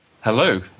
Hello